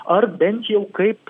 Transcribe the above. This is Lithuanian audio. ar bent jau kaip